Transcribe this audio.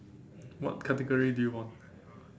what category do you want